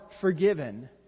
forgiven